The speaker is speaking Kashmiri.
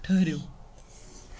ٹھٕہرِو